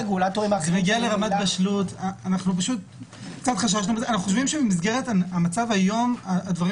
אנו חושבים שבמסגרת המצב היום הדברים